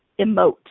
emote